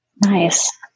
Nice